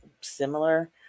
similar